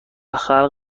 خلق